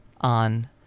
on